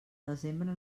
desembre